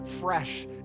fresh